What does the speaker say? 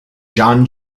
john